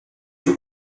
vous